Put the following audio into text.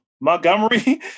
Montgomery